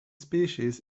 species